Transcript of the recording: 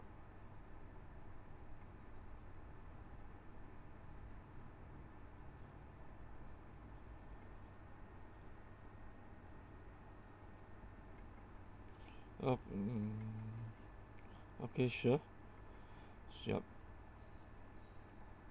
okay okay sure yup